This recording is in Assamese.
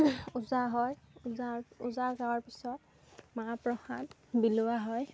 ওজা হয় ওজা গোৱাৰ পিছত মাহ প্ৰসাদ বিলোৱা হয়